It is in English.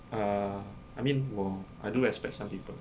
err I mean 我 I do respect some people